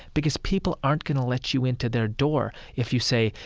because people aren't going to let you into their door if you say,